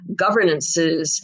governances